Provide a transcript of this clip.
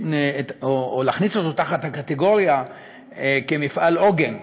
או להכניס אותו תחת הקטגוריה של מפעל עוגן?